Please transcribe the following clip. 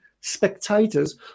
spectators